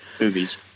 movies